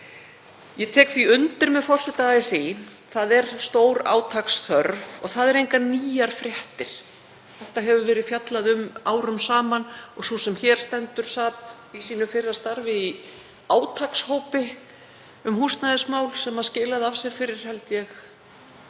Ég tek því undir með forseta ASÍ, stórátaks er þörf og það eru engar nýjar fréttir. Þetta hefur verið fjallað um árum saman. Sú sem hér stendur sat í sínu fyrra starfi í átakshópi um húsnæðismál sem skilaði af sér fyrir líklega